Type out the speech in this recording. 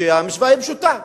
שהמשוואה היא פשוטה,